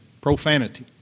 Profanity